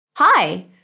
Hi